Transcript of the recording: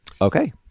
Okay